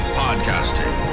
podcasting